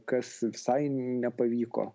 kas visai nepavyko